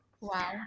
Wow